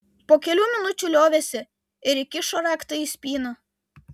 po kelių minučių liovėsi ir įkišo raktą į spyną